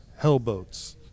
Hellboats